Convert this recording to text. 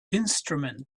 instrument